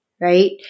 right